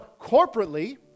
corporately